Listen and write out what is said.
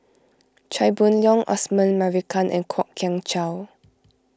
Chia Boon Leong Osman Merican and Kwok Kian Chow